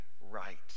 right